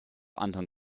anton